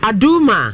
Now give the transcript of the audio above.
Aduma